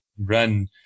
run